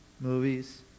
movies